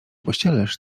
pościelesz